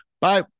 Bye